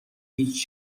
هیچ